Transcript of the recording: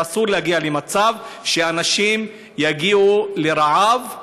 ואסור להגיע למצב שאנשים יגיעו לרעב,